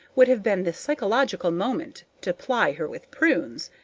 would have been the psychological moment to ply her with prunes.